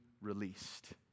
released